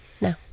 No